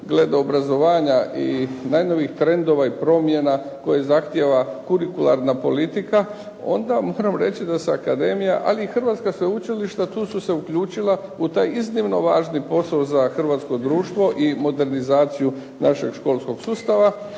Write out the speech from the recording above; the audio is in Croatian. glede obrazovanja i najnovijih trendova i promjena koje zahtijeva kurikularna politika onda moram reći da se akademija ali i hrvatska sveučilišta tu se uključila u taj iznimno važan posao za hrvatsko društvo i modernizaciju našeg školskog sustava.